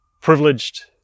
privileged